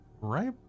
right